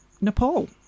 Nepal